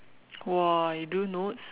!wah! you do notes